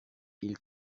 ils